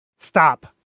Stop